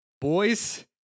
boys